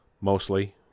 mostly